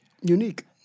Unique